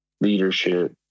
leadership